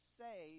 say